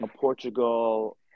Portugal